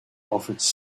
offers